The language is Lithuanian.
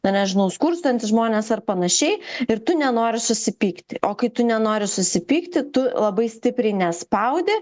na nežinau skurstantys žmonės ar panašiai ir tu nenori susipykti o kai tu nenori susipykti tu labai stipriai nespaudi